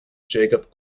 jacob